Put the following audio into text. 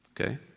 Okay